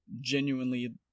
genuinely